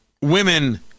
women